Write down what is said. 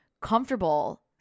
comfortable